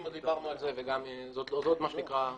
פתחנו אז ואמרנו וכדאי שנבהיר את עצמנו,